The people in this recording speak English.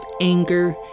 anger